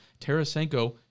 Tarasenko